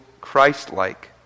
Christ-like